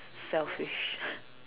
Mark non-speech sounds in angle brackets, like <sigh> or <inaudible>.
selfish <laughs>